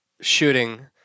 shooting